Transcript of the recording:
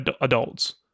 adults